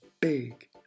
big